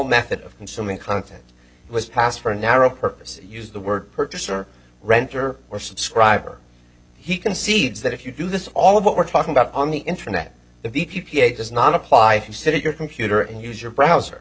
method of consuming content was passed for a narrow purpose use the word purchaser renter or subscriber he concedes that if you do this all of what we're talking about on the internet if the p p a does not apply you sit in your computer and use your browser